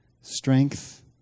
strength